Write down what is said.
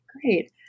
Great